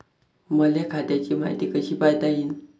मले खात्याची मायती कशी पायता येईन?